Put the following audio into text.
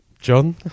John